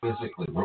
physically